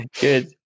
Good